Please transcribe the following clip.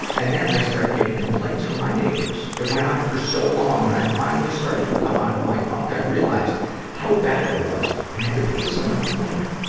and then, i started getting complaints from my neighbors. it went on for so long, when i finally started to come out of my funk, i realized how bad it was and had to pay someone to clean it.